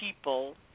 people